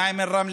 מה הם רמלה?